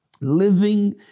Living